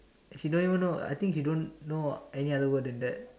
she don't even know I think she don't know any other word than that